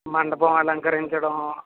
మండపం అలంకరించడం